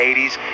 80s